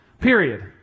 period